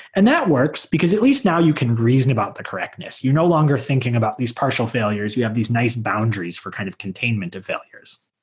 and that works, because at least now you can reason about the correctness. you're no longer thinking about these partial failures. we have these nice boundaries for kind of containment of failures,